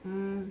hmm